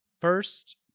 first